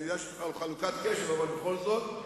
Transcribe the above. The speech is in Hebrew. אני יודע שיש לך חלוקת קשב, אבל בכל זאת,